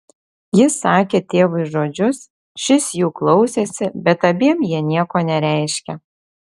jis sakė tėvui žodžius šis jų klausėsi bet abiem jie nieko nereiškė